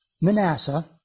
Manasseh